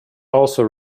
also